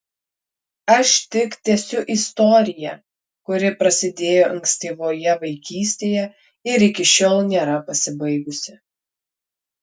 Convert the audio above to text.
aš tik tęsiu istoriją kuri prasidėjo ankstyvoje vaikystėje ir iki šiol nėra pasibaigusi